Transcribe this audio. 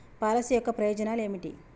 Policy యొక్క ప్రయోజనాలు ఏమిటి?